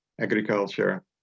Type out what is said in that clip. agriculture